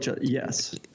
Yes